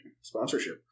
Sponsorship